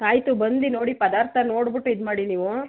ಆಯಿತು ಬಂದು ನೋಡಿ ಪದಾರ್ಥ ನೋಡ್ಬಿಟ್ಟು ಇದುಮಾಡಿ ನೀವು